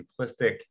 simplistic